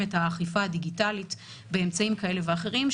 את האכיפה הדיגיטלית באמצעים כאלה ואחרים.